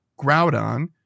Groudon